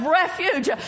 refuge